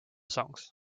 songs